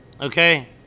Okay